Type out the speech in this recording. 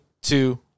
two